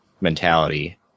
mentality